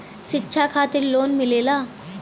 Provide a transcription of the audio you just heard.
शिक्षा खातिन लोन मिलेला?